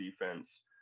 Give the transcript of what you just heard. defense